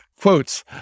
quotes